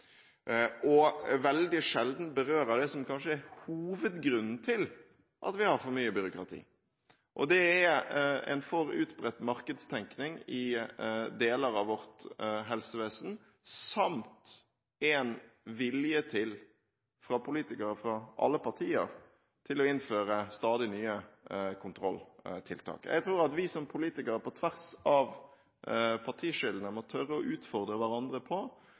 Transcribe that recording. og veldig sjelden berører det som kanskje er hovedgrunnen til at vi har for mye byråkrati, nemlig en for utbredt markedstenkning i deler av vårt helsevesen samt en vilje til – hos politikere fra alle partier – å innføre stadig nye kontrolltiltak. Jeg tror at vi som politikere – på tvers av partiskillene – må tørre å utfordre hverandre på